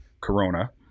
Corona